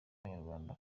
abanyarwanda